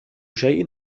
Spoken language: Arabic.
شيء